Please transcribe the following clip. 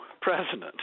president